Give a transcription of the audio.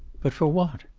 but for what?